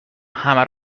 همه